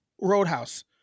Roadhouse